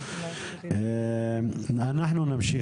אנחנו נמשיך,